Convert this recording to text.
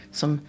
som